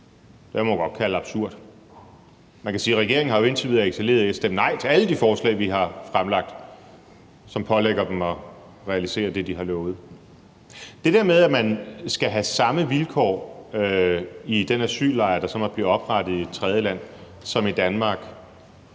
Det kan man godt kalde absurd. Man kan jo sige, at regeringen indtil videre har excelleret i at stemme nej til alle de forslag, vi har fremsat, som pålægger dem at realisere det, de har lovet. Med hensyn til det der med, at man skal have samme vilkår i den asyllejr, der så måtte blive oprettet i et tredjeland, som i Danmark,